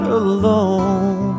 alone